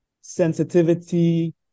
sensitivity